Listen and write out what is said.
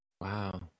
Wow